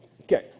okay